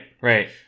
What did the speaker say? right